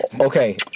Okay